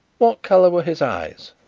what colour were his eyes?